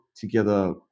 together